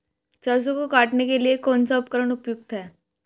सरसों को काटने के लिये कौन सा उपकरण उपयुक्त है?